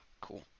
cool